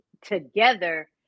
together